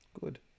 Good